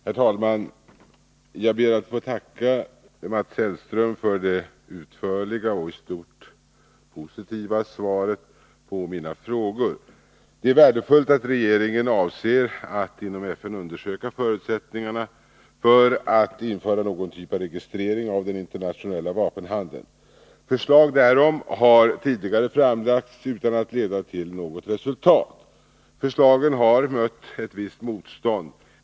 Herr talman! Jag ber att få tacka Mats Hellström för det utförliga och i stort positiva svaret på mina frågor. Det är värdefullt att regeringen avser att inom FN undersöka förutsättningarna för att införa någon typ av registrering av deniinternationella vapenhandeln. Förslag därom har tidigare framlagts utan att leda till något resultat. Förslagen har mött ett visst motstånd.